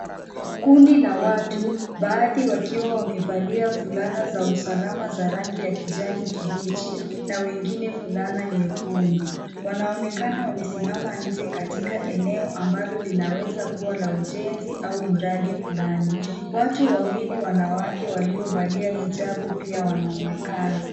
Kundi la watu, baadhi wakiwa wamevalia fulana za usalama za rangi ya kijani kibichi na wengine fulana nyekundu. Wanaonekana wamesimama nje katika eneo ambalo linaweza kuwa la ujenzi au mradi fulani. Watu wawili wanawake waliovalia hijabu pia wanaonekana.